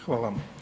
Hvala.